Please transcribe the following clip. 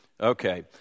Okay